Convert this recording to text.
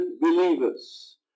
believers